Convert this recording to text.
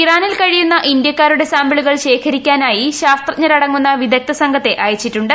ഇറാനിൽ കഴിയുന്ന ഇന്ത്യക്കാരുടെ സാമ്പിളുകൾ ശേഖരിക്കാനായി ശാസ്ത്രജ്ഞരടങ്ങുന്ന വിദഗ്ധ സംഘത്തെ അയച്ചിട്ടുണ്ട്